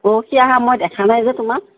পৰহি অহা মই দেখা নাই যে তোমাক